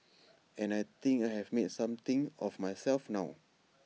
and I think I have made something of myself now